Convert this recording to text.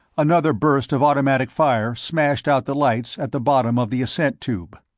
another burst of automatic fire smashed out the lights at the bottom of the ascent tube.